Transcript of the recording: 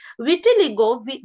vitiligo